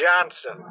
Johnson